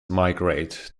migrate